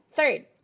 Third